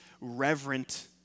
reverent